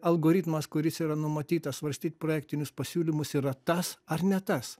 algoritmas kuris yra numatytas svarstyt projektinius pasiūlymus yra tas ar ne tas